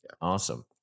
Awesome